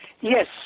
Yes